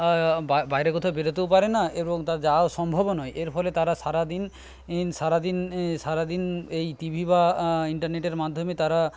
বাইরে কোথাও বেরোতেও পারেনা এবং তার যাওয়া সম্ভবও নয় এর ফলে তারা সারাদিন সারাদিন সারাদিন এই টিভি বা ইন্টারনেটের মাধ্যমে তারা